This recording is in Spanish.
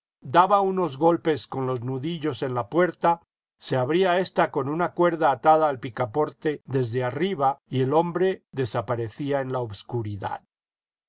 daba unos golpes con los nudillos en la puerta se abría ésta con una cuerda atada al picaporte desde arriba y el hombre desaparecía en la obscuridad